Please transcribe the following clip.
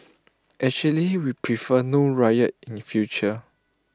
actually we prefer no riot in future